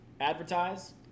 advertise